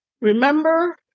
remember